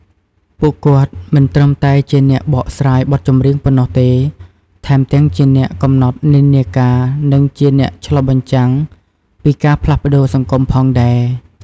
ពួកគាត់មិនត្រឹមតែជាអ្នកបកស្រាយបទចម្រៀងប៉ុណ្ណោះទេ ថែមទាំងជាអ្នកកំណត់និន្នាការ និងជាអ្នកឆ្លុះបញ្ចាំងពីការផ្លាស់ប្តូរសង្គមផងដែរ។